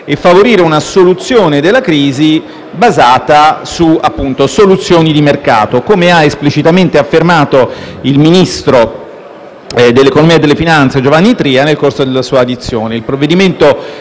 e favorire una risoluzione della crisi basata su soluzioni di mercato, come ha esplicitamente affermato il ministro dell'economia e delle finanze Tria nel corso della sua audizione.